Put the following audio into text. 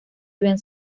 habían